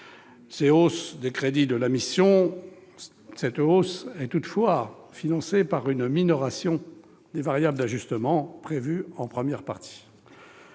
Cette hausse des crédits de la mission est toutefois financée par une minoration des variables d'ajustement, prévue en première partie.